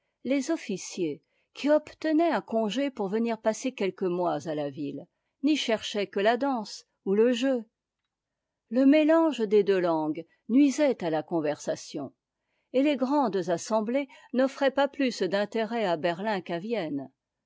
les officiers qui obtenaient un congé pour venir passer quelques mois à la ville n'y cherchaient que la danse et le jeu le mélange des deux langues nuisait à la conversation et les grandes assemblées n'offraient pas plus d'intérêt à berlin qu'à vienne